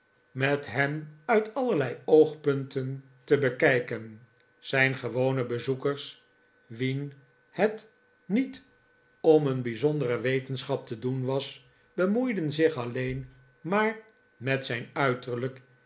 met hem uit allerlei oogpunten te bekijken zijn gewone bezoekers wien het niet om een bijzondere wetenschap te doen was bemoeiden zich alleen maar met zijn uiterlijk